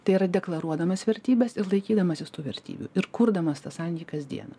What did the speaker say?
tai yra deklaruodamas vertybes ir laikydamasis tų vertybių ir kurdamas tą santykį kasdieną